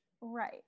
Right